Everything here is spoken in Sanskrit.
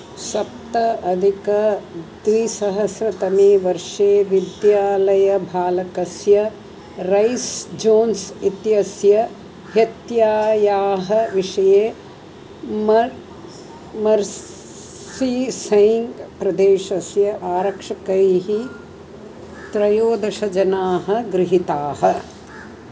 सप्त अधिकद्विसहस्रतमे वर्षे विद्यालयबालकस्य रैस् जोन्स् इत्यस्य हत्यस्य विषये मर् मर्स्सीसेण्ट् प्रदेशस्य आरक्षकैः त्रयोदश जनाः गृहीताः